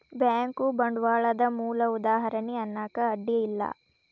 bank ಬಂಡ್ವಾಳದ್ ಮೂಲ ಉದಾಹಾರಣಿ ಅನ್ನಾಕ ಅಡ್ಡಿ ಇಲ್ಲಾ